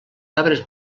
arbres